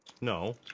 No